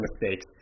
mistakes